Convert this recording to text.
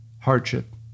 hardship